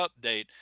update